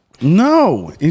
No